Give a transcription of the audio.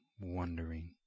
wondering